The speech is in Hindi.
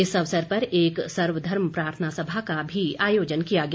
इस अवसर पर एक सर्वधर्म प्रार्थना सभा का भी आयोजन किया गया